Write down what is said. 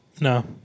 No